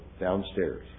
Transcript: downstairs